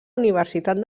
universitat